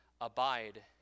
abide